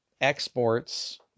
Exports